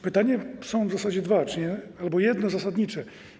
Pytania są w zasadzie dwa albo jedno zasadnicze.